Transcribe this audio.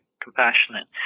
Compassionate